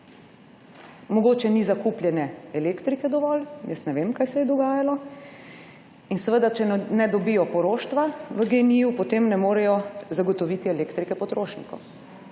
dovolj zakupljene elektrike? Jaz ne vem, kaj se je dogajalo. In če ne dobijo poroštva v Gen-I, potem ne morejo zagotoviti elektrike potrošnikom.